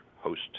Host